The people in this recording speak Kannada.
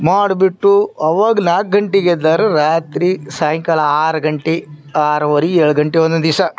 ಮಾಡಿಬಿಟ್ಟು ಅವಾಗ ನಾಲ್ಕು ಗಂಟೆಗೆ ಎದ್ದೋರು ರಾತ್ರಿ ಸಾಯಂಕಾಲ ಆರು ಗಂಟೆ ಆರೂವರೆ ಏಳುಗಂಟೆ ಒಂದೊಂದು ದಿವ್ಸ